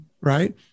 right